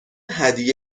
هدیه